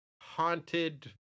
haunted